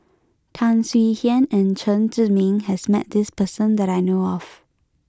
Tan Swie Hian and Chen Zhiming has met this person that I know of